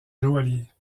joaillier